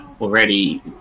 already